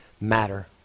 matter